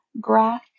graph